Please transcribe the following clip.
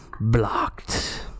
blocked